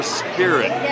spirit